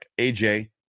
AJ